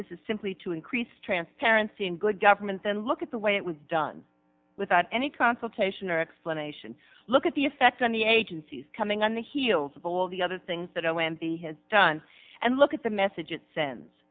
this is simply to increase transparency and good government then look at the way it was done without any consultation or explanation look at the effect on the agencies coming on the heels of all the other things that o m b has done and look at the message